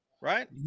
right